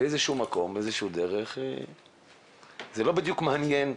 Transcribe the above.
זה לא בדיוק מעניין,